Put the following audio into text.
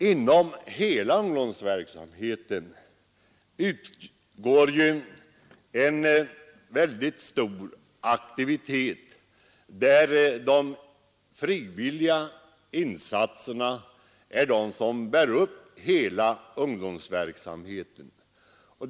Inom hela ungdomsverksamheten förekommer ju en väldig aktivitet, där de frivilliga insatserna är det som bär upp hela verksamheten.